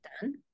done